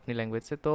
language